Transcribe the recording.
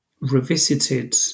revisited